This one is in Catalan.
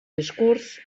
discurs